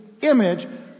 image